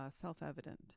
self-evident